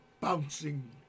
bouncing